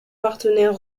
partenaire